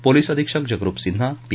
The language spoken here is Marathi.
पोलीस अधिक्षक जगरूप सिन्हा पी